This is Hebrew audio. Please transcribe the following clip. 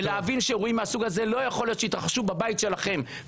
ולהבין שאירועים מהסוג הזה לא יכול להיות שיתרחשו בבית שלכם.